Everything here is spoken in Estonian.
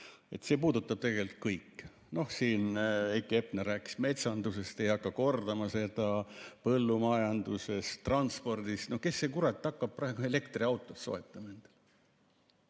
See puudutab tegelikult kõike. Noh, siin Heiki Hepner rääkis metsandusest, ei hakka kordama seda, põllumajandusest, transpordist. No kes see kurat hakkab praegu elektriautot soetama endale?